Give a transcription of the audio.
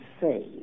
say